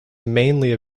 mainly